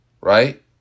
right